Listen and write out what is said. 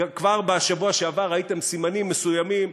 כבר בשבוע שעבר ראיתם סימנים מסוימים.